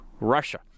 Russia